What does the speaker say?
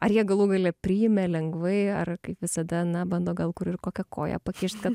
ar jie galų gale priėmė lengvai ar kaip visada na bando gal kur ir kokią koją pakišt kad